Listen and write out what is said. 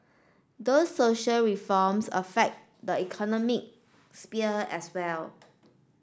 those social reforms affect the economic sphere as well